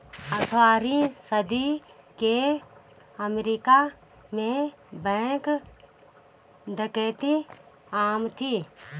अठारहवीं सदी के अमेरिका में बैंक डकैती आम थी